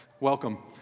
Welcome